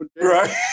right